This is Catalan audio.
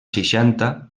seixanta